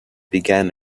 began